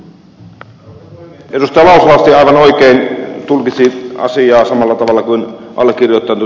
lauslahti aivan oikein tulkitsi asiaa samalla tavalla kuin allekirjoittanut